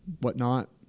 whatnot